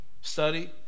study